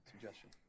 suggestion